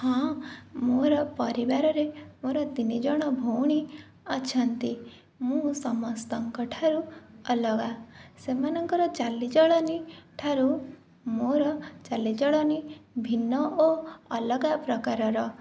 ହଁ ମୋର ପରିବାରରେ ମୋର ତିନି ଜଣ ଭଉଣୀ ଅଛନ୍ତି ମୁଁ ସମସ୍ତଙ୍କଠାରୁ ଅଲଗା ସେମାନଙ୍କର ଚାଲିଚଳଣି ଠାରୁ ମୋର ଚାଲିଚଳଣି ଭିନ୍ନ ଓ ଅଲଗା ପ୍ରକାରର